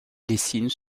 dessinent